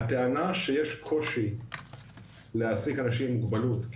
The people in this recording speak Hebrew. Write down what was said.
הטענה שיש קושי להעסיק אנשים עם מוגבלות,